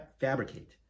fabricate